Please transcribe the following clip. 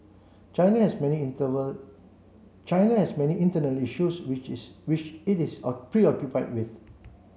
China has many China has many internal issues which is which it is a preoccupied with